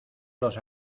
los